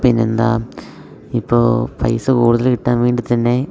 പിന്നെന്താ ഇപ്പോൾ പൈസ കൂടുതൽ കിട്ടാൻ വേണ്ടിത്തന്നെ